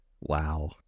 Wow